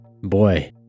Boy